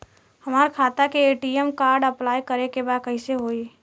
हमार खाता के ए.टी.एम कार्ड अप्लाई करे के बा कैसे होई?